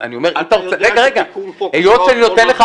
אני יודע איזה תיקון חוק הרס את הפריפריה.